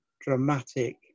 dramatic